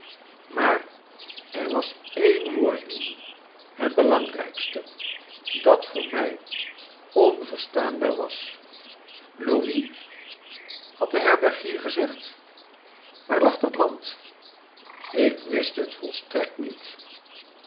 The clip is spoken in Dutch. maar er was één woord in het belangrijkste dat voor mij onverstaanbaar was louis had de herbergier gezegd waar lag dat land ik wist het volstrekt niet